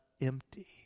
empty